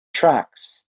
tracts